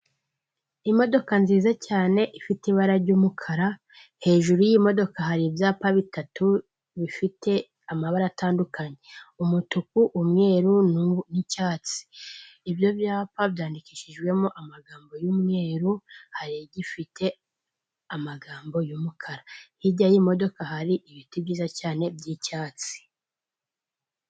Imodoka nziza cyane ifite ibara ry'umukara, hejuru y'iyo modoka hari ibyapa bitatu bifite amabara atandukanye, umutuku, umweru n'icyatsi. Ibyo byapa byandikishijwemo amagambo y'umweru, hari igifite amagambo y'umukara. Hirya y'iyo modoka hari ibiti byiza cyane by'icyatsi.